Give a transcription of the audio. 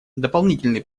дополнительный